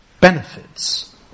benefits